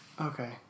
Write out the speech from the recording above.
Okay